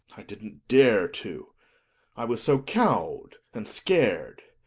i didn't dare to i was so cowed and scared.